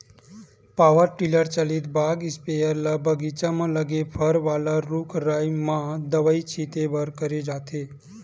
power tiller चलित बाग spare ल बगीचा म लगे फर वाला रूख राई म दवई छिते बर करे जाथे